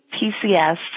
PCS